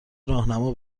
راهنما